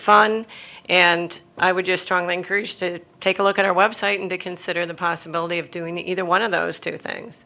fun and i would just strongly encourage to take a look at our website and to consider the possibility of doing either one of those two things